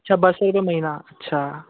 अच्छा ॿ सौ रूपे महीना अच्छा